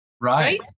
Right